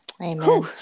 Amen